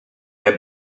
les